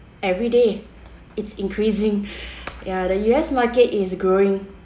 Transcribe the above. every day it's increasing ya the U_S market is growing